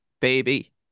baby